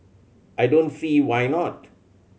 I don't see why not